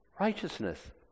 righteousness